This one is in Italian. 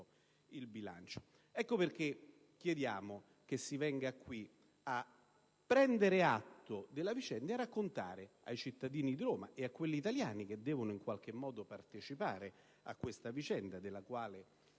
il bilancio. Ecco perché chiediamo che si venga qui a prendere atto della vicenda e a raccontare ai cittadini di Roma e agli italiani, che devono in qualche modo essere partecipi di tale situazione, della quale